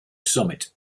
summit